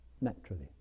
naturally